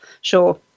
Sure